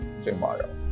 tomorrow